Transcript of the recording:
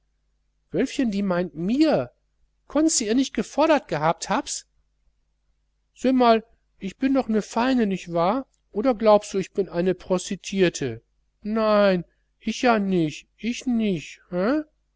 wölfchen die meint mir konnste ihr nicht gefordert gehabt habs söh mal ich bin doch ne feine nich wahr oder glaubsu ich bin eine prostitierte nein ich ja nich ich nich